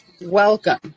welcome